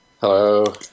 Hello